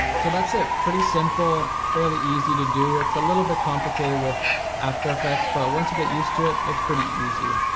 so that's it, pretty simple, fairly easy to do. it's a little bit complicated with after effects, but once you get used to it, it's pretty easy.